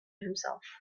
himself